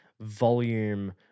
volume